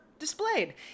displayed